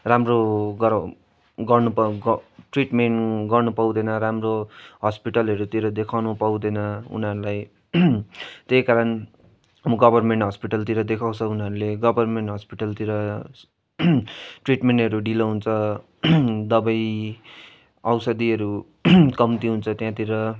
राम्रो गरौ गर्नु पाउँ गर् ट्रिटमेन्ट गर्नु पाउँदैन राम्रो हस्पिटलहरूतिर देखाउनु पाउँदैन उनीहरूलाई त्यही कारण गभर्नमेन्ट हस्पिटलतिर देखाउँछ उनीहरूले गभर्नमेन्ट हस्पिटलतिर ट्रिटमेन्टहरू ढिलो हुन्छ दबै औषधिहरू कम्ती हुन्छ त्यहाँतिर